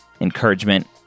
encouragement